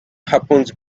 happens